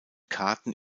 karten